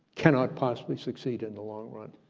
cannot possibly succeed in the long run.